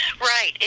Right